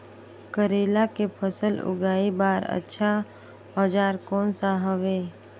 करेला के फसल उगाई बार अच्छा औजार कोन सा हवे?